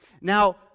Now